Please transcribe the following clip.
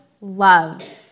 love